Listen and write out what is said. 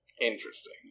Interesting